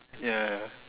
ya